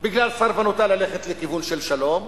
בגלל סרבנותה ללכת לכיוון של שלום,